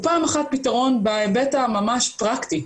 הוא פעם אחת פתרון בהיבט הממש פרקטי,